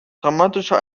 dramatische